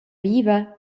viva